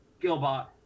Gilbot